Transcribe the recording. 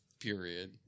Period